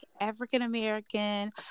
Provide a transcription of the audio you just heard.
African-American